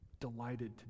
delighted